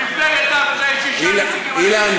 למפלגת העבודה יש שישה נציגים, אילן.